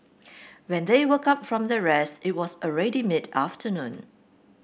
when they woke up from their rest it was already mid afternoon